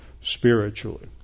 spiritually